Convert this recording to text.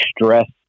stress